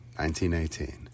1918